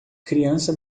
criança